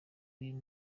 uyu